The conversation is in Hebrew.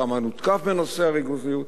כמה נותקף בנושא הריכוזיות.